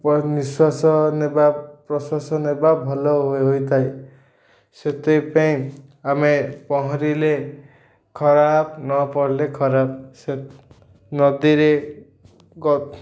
ନିଶ୍ୱାସ ନେବା ପ୍ରଶ୍ଵାସ ନେବା ଭଲ ହୋଇଥାଏ ସେଥିପାଇଁ ଆମେ ପହଁରିଲେ ଖରାପ୍ ନ ପଡ଼ିଲେ ଖରାପ୍ ସେ ନଦୀରେ